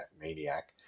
maniac